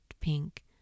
pink